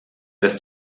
dass